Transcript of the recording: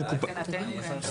מבחינתנו כן.